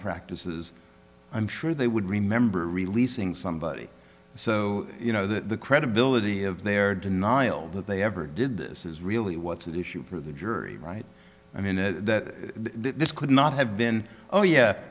practices i'm sure they would remember releasing somebody so you know the credibility of their denial that they ever did this is really what's at issue for the jury right i mean that this could not have been oh yeah